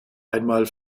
einmal